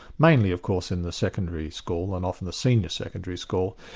mainly of course in the secondary school, and often the senior secondary school,